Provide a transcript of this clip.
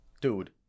Dude